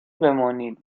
بمانید